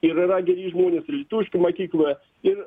ir yra geri žmonės ir lietuviškoj mokykloje ir